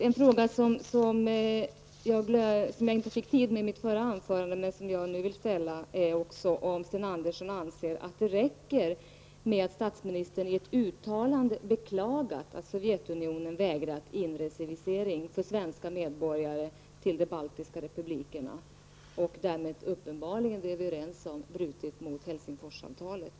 En fråga som jag inte fick tillfälle att ställa i mitt tidigare anförande men som jag vill ställa nu är om Sten Andersson anser att det räcker med att statsministern i ett uttalande beklagar att Sovjetunionen vägrat inresevisering för svenska medborgare till de baltiska republikerna och därmed uppenbarligen — det är vi överens om — brutit mot Helsingforsavtalet.